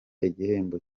igihembo